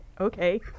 okay